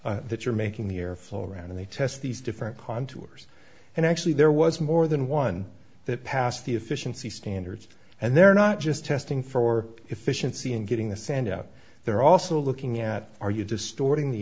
contours that you're making the air flow around the test these different contours and actually there was more than one that passed the efficiency standards and they're not just testing for efficiency in getting the sand out they're also looking at are you distorting the